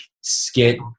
skit